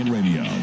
Radio